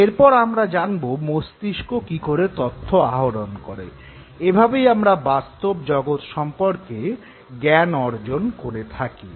এরপর আমরা জানব মস্তিষ্ক কীকরে তথ্য আহরণ করে - এভাবেই আমরা বাস্তব জগৎ সম্পর্কে জ্ঞান অর্জন করে থাকি